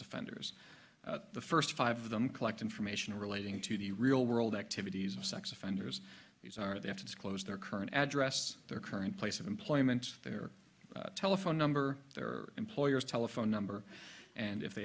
offenders the first five of them collect information relating to the real world activities of sex offenders these are they have to disclose their current address their current place of employment their telephone number their employers telephone number and if they